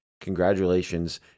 congratulations